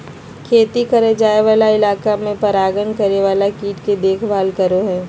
खेती करल जाय वाला इलाका में परागण करे वाला कीट के देखभाल करो हइ